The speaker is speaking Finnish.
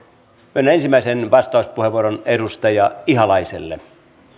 myönnän ensimmäisen vastauspuheenvuoron edustaja ihalaiselle arvoisa